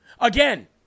Again